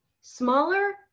smaller